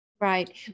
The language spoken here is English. right